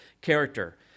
character